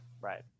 Right